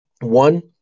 one